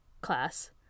class